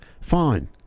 fine